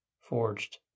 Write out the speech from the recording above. forged